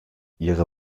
ihre